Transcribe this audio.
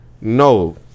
No